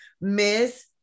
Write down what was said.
Miss